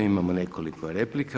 Imamo nekoliko replika.